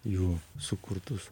jų sukurtus